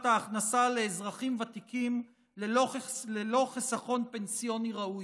ההכנסה לאזרחים ותיקים ללא חיסכון פנסיוני ראוי.